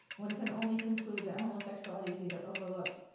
one can only conclude that homosexuality was either overlooked,